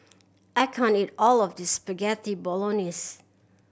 I can't eat all of this Spaghetti Bolognese